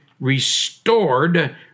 restored